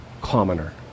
commoner